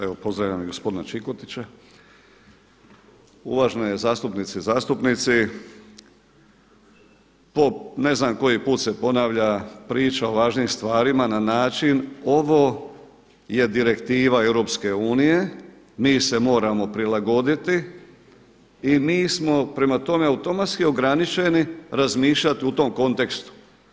Evo pozdravljam i gospodina Čikotića, uvažene zastupnice i zastupnici po ne znam koji put se ponavlja priča o važnim stvarima na način ovo je direktiva EU, mi se moramo prilagoditi i mi smo prema tome automatski ograničeni razmišljati u tom kontekstu.